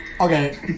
Okay